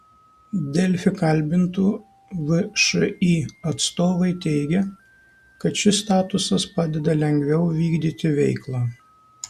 delfi kalbintų všį atstovai teigė kad šis statusas padeda lengviau vykdyti veiklą